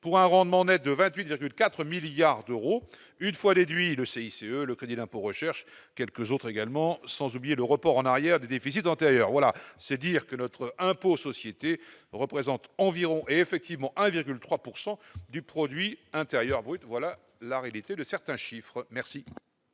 pour un rendement Net de 28,4 milliards d'euros une fois déduit le CICE Le crédit d'impôt recherche quelques autres également, sans oublier le report en arrière de déficit antérieur, voilà, c'est dire que notre impôt société représentent environ effectivement 1,3 pourcent du produit intérieur brut, voilà la réalité de certains chiffres merci.